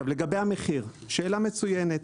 לגבי המחיר זו שאלה מצוינת.